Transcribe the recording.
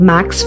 Max